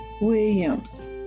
Williams